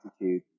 attitude